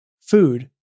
food